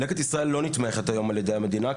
'לקט ישראל' לא נתמכת היום על ידי המדינה,